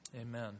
Amen